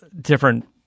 different